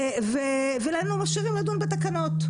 ולנו משאירים לדון בתקנות.